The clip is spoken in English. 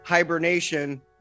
Hibernation